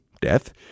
death